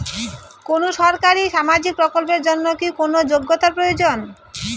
কোনো সরকারি সামাজিক প্রকল্পের জন্য কি কোনো যোগ্যতার প্রয়োজন?